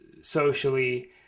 socially